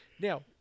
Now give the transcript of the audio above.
Now